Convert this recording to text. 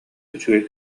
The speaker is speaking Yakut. үчүгэй